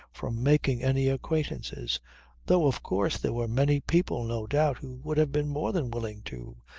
from making any acquaintances though of course there were many people no doubt who would have been more than willing to